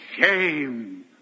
shame